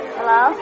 Hello